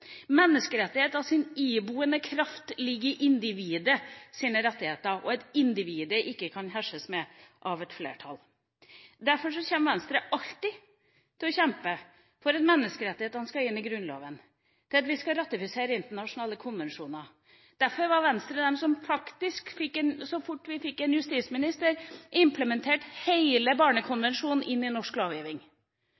rettigheter og at individet ikke kan herses med av et flertall. Derfor kommer Venstre alltid til å kjempe for at menneskerettighetene skal inn i Grunnloven, og for at vi skal ratifisere internasjonale konvensjoner. Derfor var det faktisk Venstre som så fort vi fikk en justisminister,